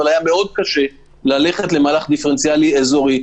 אבל היה מאוד קשה ללכת למהלך דיפרנציאלי אזורי.